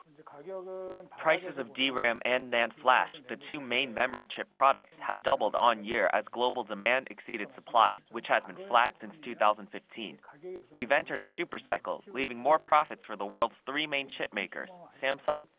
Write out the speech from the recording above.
like ah yeah ah and prices of d-ram and nand flash, the two main memory chip products, have doubled on-year as global demand exceeded supply, which has been flat since two thousand and fifteen. we've entered a supercycle, leaving more profits for the world's three main chipmakers, samsung,